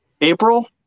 april